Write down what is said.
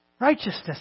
Righteousness